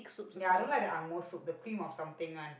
ya I don't like the angmoh soup the cream of something one